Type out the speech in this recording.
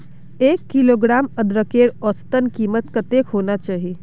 एक किलोग्राम अदरकेर औसतन कीमत कतेक होना चही?